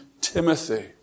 Timothy